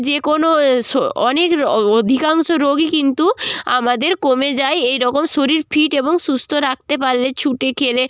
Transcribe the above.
যে কোনো স অনেক র্ অ অধিকাংশ রোগই কিন্তু আমাদের কমে যায় এইরকম শরীর ফিট এবং সুস্থ রাখতে পারলে ছুটে খেলে